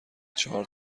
چهار